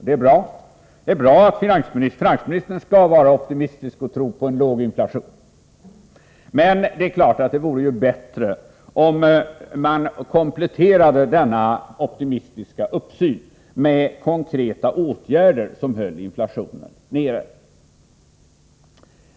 Och det är bra. Finansministern skall vara optimistisk och tro på en låg inflation. Men det vore än bättre om regeringen kompletterade finansministerns glada och optimistiska uppsyn med konkreta åtgärder som höll inflationen nere.